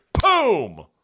Boom